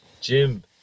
Jim